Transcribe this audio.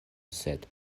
sed